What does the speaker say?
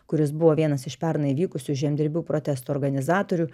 kuris buvo vienas iš pernai vykusių žemdirbių protesto organizatorių